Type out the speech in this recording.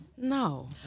No